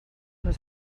les